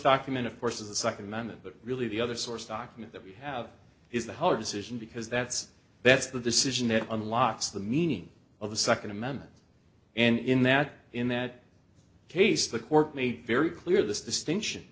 document of course is the second amendment but really the other source document that we have is the hard decision because that's that's the decision that unlocks the meaning of the second amendment and in that in that case the court made very clear this distinction